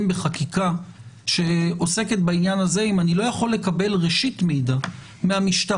בחקיקה שעוסקת בעניין הזה אם אני לא יכול לקבל ראשית מידע מהמשטרה?